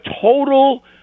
total